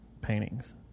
paintings